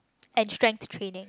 and strength training